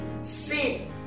Sin